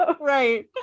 Right